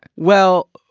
well,